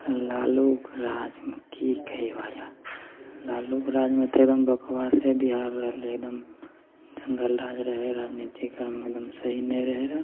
लालूके राजमे कि कही भइआ लालूके राजमे तऽ एकदम बकवासे बिहार रहलै एकदम जङ्गल राज रहै रऽ राजनीतिक आरमे सही नहि रहै रऽ